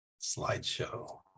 slideshow